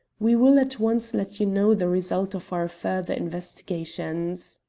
we will at once let you know the result of our further investigations.